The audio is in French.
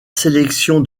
sélection